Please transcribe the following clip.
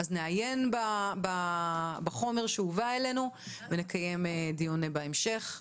נעיין בחומר שהובא אלינו ונקיים דיון בהמשך.